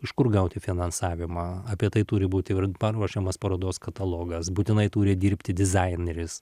iš kur gauti finansavimą apie tai turi būti paruošiamas parodos katalogas būtinai turi dirbti dizaineris